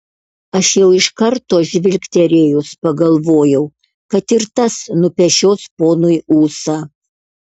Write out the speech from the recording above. aš jau iš karto žvilgterėjus pagalvojau kad ir tas nupešios ponui ūsą